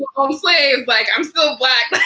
but um slave. like i'm still black. but